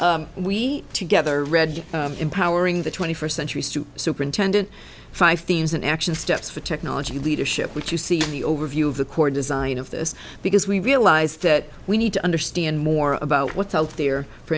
we together read empowering the twenty first century superintendent five themes and action steps for technology leadership which you see the overview of the core design of this because we realize that we need to understand more about what's out there for